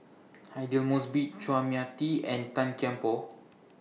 Aidli Mosbit Chua Mia Tee and Tan Kian Por